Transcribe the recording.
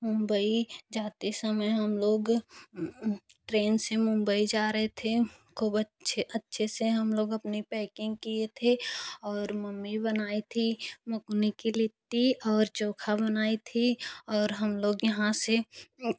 मुम्बई जाते समय हम लोग ट्रेन से मुम्बई जा रहे थे खूब अच्छे अच्छे से हम लोग अपने पैकिंग किए थे और मम्मी बनाई थी मुकनी की लिट्टी और चोखा बनाई थी और हम लोग यहाँ से